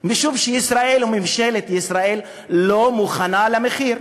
משום שישראל, וממשלת ישראל, לא מוכנה למחיר.